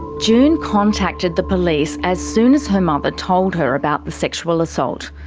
june contacted the police as soon as her mother told her about the sexual assault.